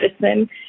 medicine